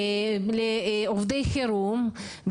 לעובדי חירום,